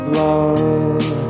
love